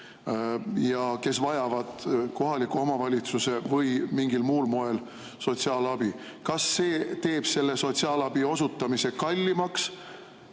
ja kes vajavad kohaliku omavalitsuse või mingil muul moel sotsiaalabi? Kas see teeb selle sotsiaalabi osutamise kallimaks